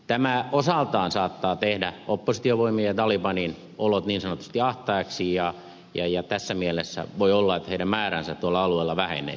tämä osaltaan saattaa tehdä oppositiovoimien ja talibanin olot niin sanotusti ahtaiksi ja tässä mielessä voi olla että heidän määränsä tuolla alueella vähenee